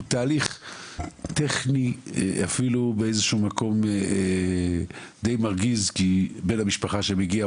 זה תהליך טכני ובאיזשהו מקום אפילו די מרגיז כי בן המשפחה שמגיע,